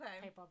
Okay